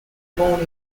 born